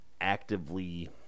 actively